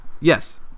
Yes